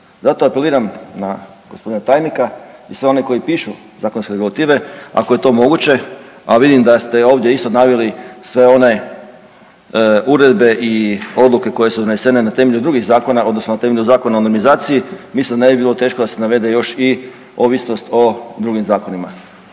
Zato apeliram na gospodina tajnika i sve one koji pišu Zakonske regulative, ako je to moguće, a vidim da ste ovdje isto naveli sve one Uredbe i Odluke koje su donesene na temelju drugih Zakona, odnosno na temelju Zakona o normizaciji, mislim da ne bi bilo teško da se navede još i ovisnost o drugim Zakonima,